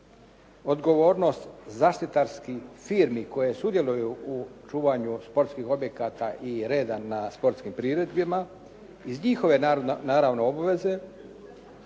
odgovornost zaštitarskih firmi koje sudjeluju u čuvanju sportskih objekata i reda na sportskim priredbama iz njihove naravno obveze